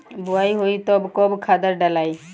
बोआई होई तब कब खादार डालाई?